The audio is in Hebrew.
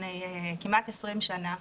לפני כמעט 20 שנה.